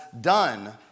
done